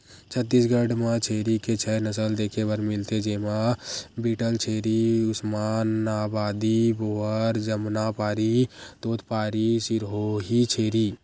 छत्तीसगढ़ म छेरी के छै नसल देखे बर मिलथे, जेमा बीटलछेरी, उस्मानाबादी, बोअर, जमनापारी, तोतपारी, सिरोही छेरी